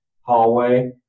hallway